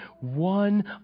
one